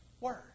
word